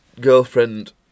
girlfriend